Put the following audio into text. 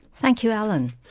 thank you, alan.